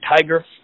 Tiger